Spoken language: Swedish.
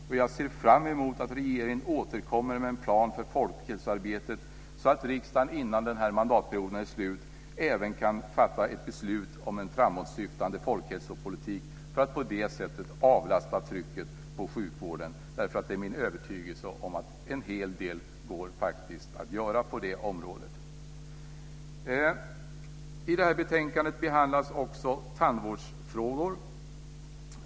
Och jag ser fram emot att regeringen återkommer med en plan för folkhälsoarbetet, så att riksdagen innan denna mandatperiod är slut även kan fatta ett beslut om en framåtsyftande folkhälsopolitik för att på det sättet avlasta trycket på sjukvården. Det är nämligen min övertygelse att en hel det faktiskt går att göra på det området. I detta betänkande behandlas också tandvårdsfrågor.